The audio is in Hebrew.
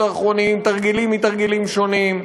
האחרונים תרגילים מתרגילים שונים,